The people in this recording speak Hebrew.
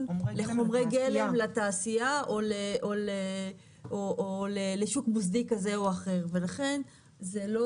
לחומרי גלם לתעשייה או לשוק מוסדי כזה או אחר ולכן זה לא